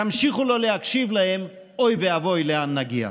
ימשיכו לא להקשיב להם, אוי ואבוי לאן נגיע.